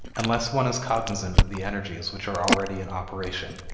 unless one is cognizant of the energies which are already in operation,